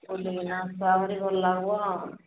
ବୁଲିକିନା ଆସବାହୁରି ଭଲ ଲାଗବ